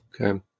Okay